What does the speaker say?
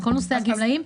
על כל נושא הגמלאים.